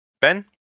Ben